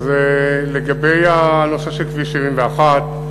לגבי הנושא של כביש 71,